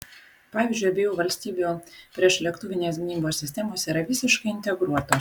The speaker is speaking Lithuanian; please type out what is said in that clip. pavyzdžiui abiejų valstybių priešlėktuvinės gynybos sistemos yra visiškai integruotos